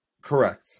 Correct